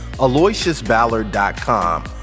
AloysiusBallard.com